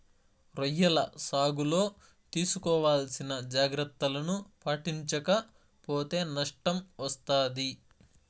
రొయ్యల సాగులో తీసుకోవాల్సిన జాగ్రత్తలను పాటించక పోతే నష్టం వస్తాది